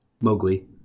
Mowgli